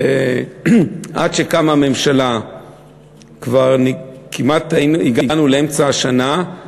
ועד שקמה ממשלה כבר כמעט הגענו לאמצע השנה,